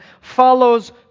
follows